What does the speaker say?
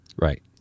Right